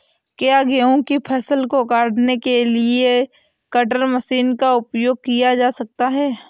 क्या गेहूँ की फसल को काटने के लिए कटर मशीन का उपयोग किया जा सकता है?